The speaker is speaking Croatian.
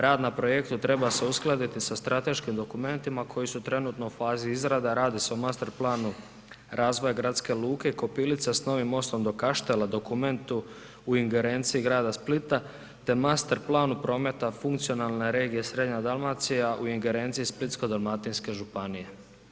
Rad na projektu treba se uskladiti sa strateškim dokumentima koji su trenutno u fazi izrada, radi se o master planu razvoja gradske luke Kopilica s novim mostom do Kaštela, dokumentu u ingerenciji grada Splita te master plan prometa funkcionalne regije srednja Dalmacija u ingerenciji Splitsko-dalmatinske županije.